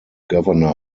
governor